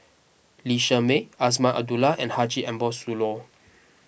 Lee Shermay Azman Abdullah and Haji Ambo Sooloh